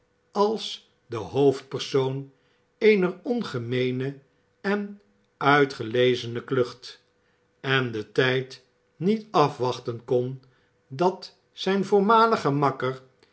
als den hoofdpersoon eener ongemeene en uitgelezene klucht en den tijd niet afwachten kon dat zijn voormalige makker